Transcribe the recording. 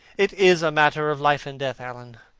it is a matter of life and death, alan,